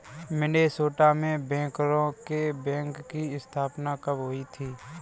Minnesota में बैंकरों के बैंक की स्थापना कब हुई थी?